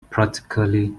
practically